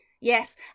Yes